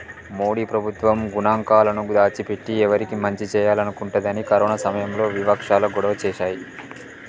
మోడీ ప్రభుత్వం గణాంకాలను దాచి పెట్టి ఎవరికి మంచి చేయాలనుకుంటుందని కరోనా సమయంలో వివక్షాలు గొడవ చేశాయి